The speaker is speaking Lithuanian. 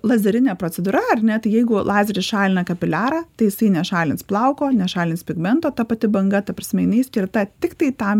lazerinė procedūra ar ne tai jeigu lazeris šalina kapiliarą tai jisai nešalins plauko nešalins pigmento ta pati banga ta prasme jinai skirta tiktai tam